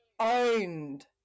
owned